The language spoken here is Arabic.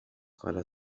قال